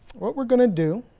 what we're gonna do.